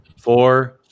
Four